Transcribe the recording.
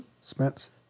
Spence